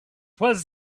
was